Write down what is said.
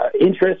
interest